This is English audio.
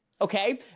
Okay